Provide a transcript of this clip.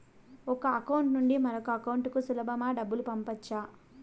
ఒక అకౌంట్ నుండి మరొక అకౌంట్ కు సులభమా డబ్బులు పంపొచ్చా